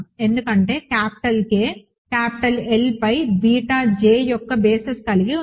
ఎందుకంటే capital K capital L పై beta j యొక్క బేసిస్ కలిగి ఉంది